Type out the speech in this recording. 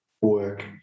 work